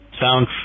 sound